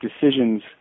decisions